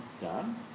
done